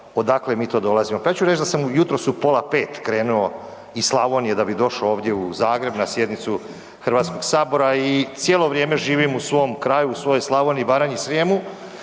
odakle mi to dolazimo? Pa ja ću reći da sam jutros u pola 5 krenuo iz Slavonije da bi došao ovdje u Zagreb na sjednicu Hrvatskog sabora i cijelo vrijeme živim u svom kraju u svojoj Slavoniji i Baranji i Srijemu